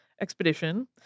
Expedition